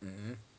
mmhmm